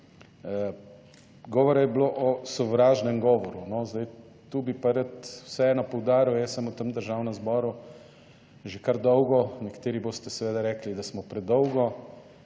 Govora je bilo o sovražnem govoru. Zdaj tu bi pa rad vseeno poudaril, jaz sem v tem Državnem zboru že kar dolgo. Nekateri boste seveda rekli, da smo predolgo,